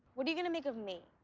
what are you gonna make of me?